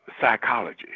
psychology